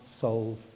solve